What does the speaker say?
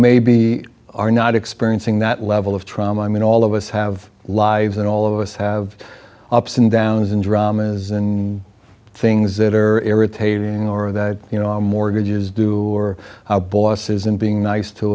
maybe are not experiencing that level of trauma i mean all of us have lives and all of us have ups and downs and dramas and things that are irritating or that you know our mortgages do or our bosses and being nice to